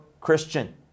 Christian